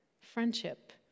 Friendship